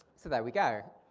so there we go.